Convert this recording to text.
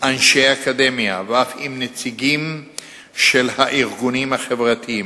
ואנשי אקדמיה ואף עם נציגים של הארגונים החברתיים,